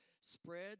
spread